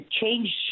change